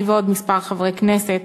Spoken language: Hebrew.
אני ועוד כמה חברי כנסת,